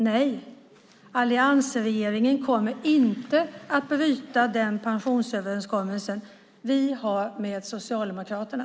Nej, alliansregeringen kommer inte att bryta den pensionsöverenskommelse vi har med Socialdemokraterna.